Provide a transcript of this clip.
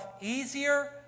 easier